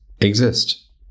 exist